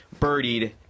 birdied